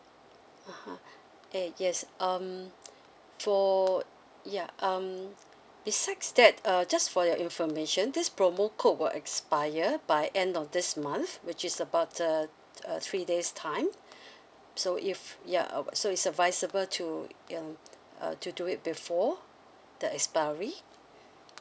(uh huh) eh yes um for ya um besides that uh just for your information this promo code will expire by end of this month which is about uh uh three days time so if ya so is advisable to you know uh to do it before the expiry